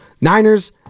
Niners